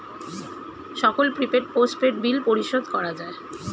সকল prepaid, postpaid bill পরিশোধ করা যায়